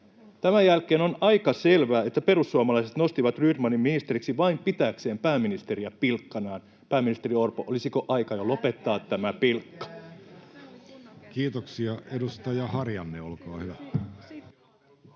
Tämän jälkeen on aika selvää, että perussuomalaiset nostivat Rydmanin ministeriksi vain pitääkseen pääministeriä pilkkanaan. Pääministeri Orpo, olisiko aika jo lopettaa tämä pilkka? [Jenna Simula: Älkää